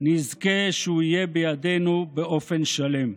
נזכה שהוא יהיה בידינו באופן שלם.